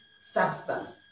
substance